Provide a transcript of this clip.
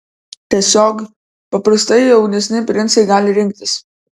tiesiog paprastai jaunesni princai gali rinktis